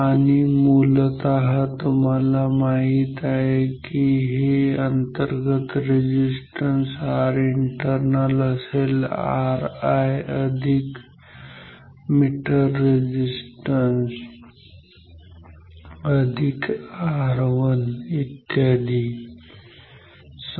आणि मूलतः तुम्हाला माहित आहे हे अंतर्गत रेझिस्टन्स Rinternal असेल ri अधिक मीटर रेझिस्टन्स अधिक R1 इत्यादी आहे